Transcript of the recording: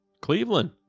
Cleveland